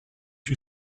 you